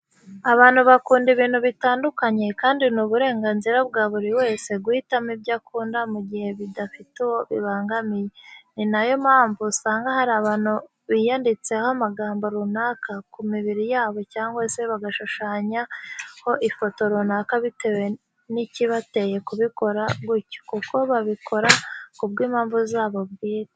Abantu bakunda ibintu bitandukanye kandi ni uburenganzira bwa buri wese guhitamo ibyo akunda mu gihe bidafite uwo bibangamiye. Ni nayo mpamvu usanga hari abantu biyanditseho amagambo runaka ku mibiri yabo cyangwa se bagashushanyaho ifoto runaka bitewe nikibateye kubikora gutyo kuko babikora ku bw'impamvu zabo bwite.